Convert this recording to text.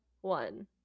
one